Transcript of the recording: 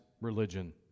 religion